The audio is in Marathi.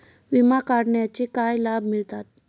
विमा काढण्याचे काय लाभ मिळतात?